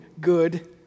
good